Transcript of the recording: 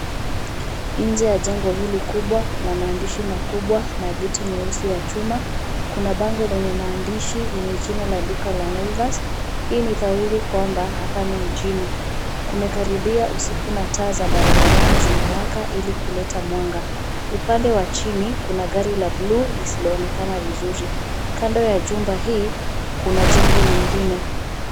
Nje ya jengo hili kubwa kuna maandishi makubwa na geti nyeusi ya chuma, kuna bango lenye maandishi yenye jina la duka la Naivas hii ni thawiri kwamba hapa ni mjini, kumekaribia usiku na taa za barabarani zimewaka ili kuleta mwanga. Upande wa chini kuna gari la bluu lisiloonekana vizuri. Kando ya jumba hii kuna jengo lingine.